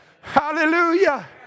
Hallelujah